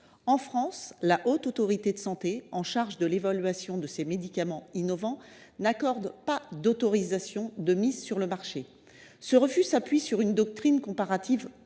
Or la Haute Autorité de santé (HAS), chargée en France de l’évaluation de ces médicaments innovants, n’accorde pas d’autorisation de mise sur le marché. Ce refus s’appuie sur une doctrine comparative